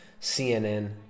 CNN